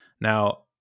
Now